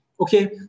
Okay